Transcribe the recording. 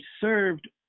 served